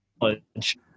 college